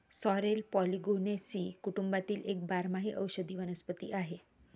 sorrel polygonaceae कुटुंबातील एक बारमाही औषधी वनस्पती आहे